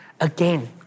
Again